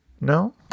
No